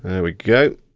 there we go.